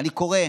אני קורא,